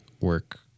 work